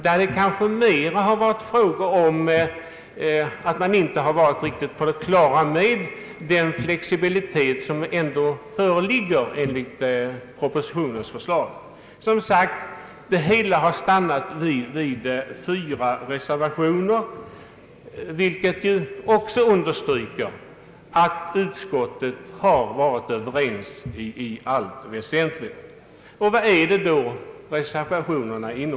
Det förefaller som om motionerna tillkommit därför att motionärerna inte haft riktigt klart för sig att förslaget i propositionen tar sikte på en viss flexibilitet. Som sagt har det hela stannat vid fyra reservationer, vilket understryker att utskottet haft en enhällig uppfattning i allt väsentligt. Vad innehåller då reservationerna?